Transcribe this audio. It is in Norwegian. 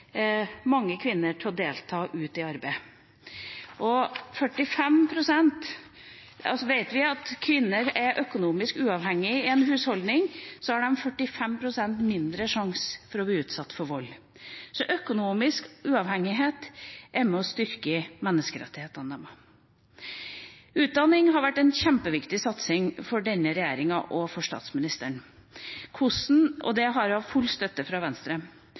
kvinner økonomisk uavhengig i en husholdning, har de 45 pst. mindre risiko for å bli utsatt for vold. Økonomisk uavhengighet er med og styrker menneskerettighetene deres. Utdanning har vært en kjempeviktig satsing for denne regjeringa og for statsministeren. Der har hun full støtte fra Venstre.